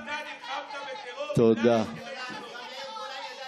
גם אתה נלחמת בטרור בגלל הסכמי שלום.